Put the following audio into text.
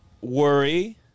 worry